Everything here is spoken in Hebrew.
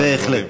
בהחלט.